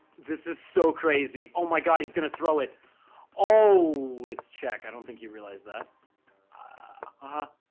this is so crazy oh my god he's gonna throw it oh it's check i don't think he realized that ah